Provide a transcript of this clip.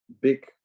big